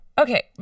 Okay